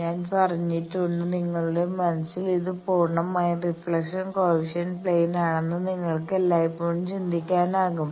ഞാൻ പറഞ്ഞിട്ടുണ്ട് നിങ്ങളുടെ മനസ്സിൽ ഇത് പൂർണ്ണമായും റീഫ്ലക്ഷൻ കോയെഫിഷ്യന്റ് പ്ലെയിൻ ആണെന്ന് നിങ്ങൾക്ക് എല്ലായ്പ്പോഴും ചിന്തിക്കാനാകും